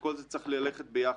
וכל זה צריך ללכת ביחד.